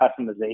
customization